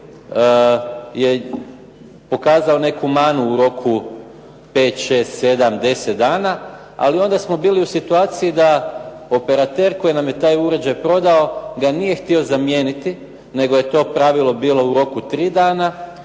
je pokazao neku manu u roku pet, šest, sedam, deset dana. Ali onda smo bili u situaciji da operater koji nam je taj uređaj prodao ga nije htio zamijeniti, nego je to pravilo bilo u roku 3 dana,